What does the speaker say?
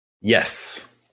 Yes